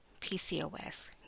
PCOS